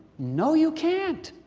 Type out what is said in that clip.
no, you can't.